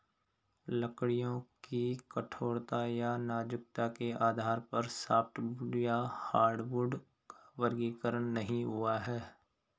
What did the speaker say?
लकड़ियों की कठोरता या नाजुकता के आधार पर सॉफ्टवुड या हार्डवुड का वर्गीकरण नहीं हुआ है